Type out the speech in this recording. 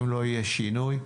אם לא יהיה שינוי,